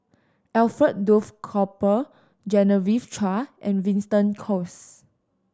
Alfred Duff Cooper Genevieve Chua and Winston Choos